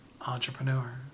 Entrepreneur